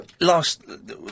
last